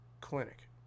clinic